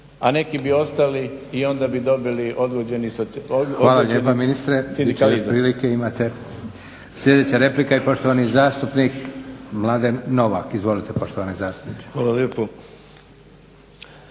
a neki bi ostali i onda bi dobili odgođeni **Leko, Josip (SDP)** Hvala lijepa ministre. Bit će još prilike. Sljedeća replika i poštovani zastupnik Mladen Novak. Izvolite poštovani zastupniče.